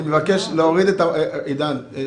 אני מבקש שתוריד את המצגת.